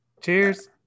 Cheers